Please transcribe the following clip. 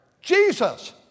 Jesus